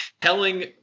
telling